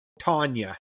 Tanya